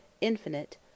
infinite